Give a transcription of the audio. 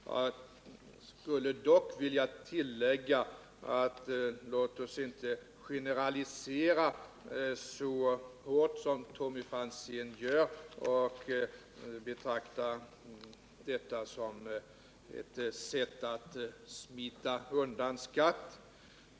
Dock skulle jag vilja tillägga att vi icke skall generalisera så hårt som Tommy Franzén gör och betrakta detta som ett sätt att smita undan skatt.